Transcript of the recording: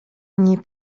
nie